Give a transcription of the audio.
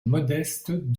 modeste